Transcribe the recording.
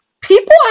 People